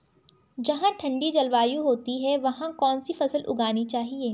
जहाँ ठंडी जलवायु होती है वहाँ कौन सी फसल उगानी चाहिये?